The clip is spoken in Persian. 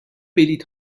بلیط